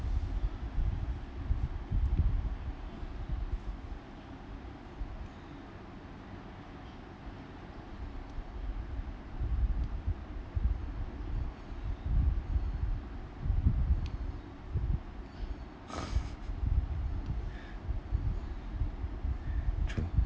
true